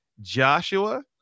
Joshua